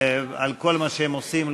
על כל מה שהם עושים,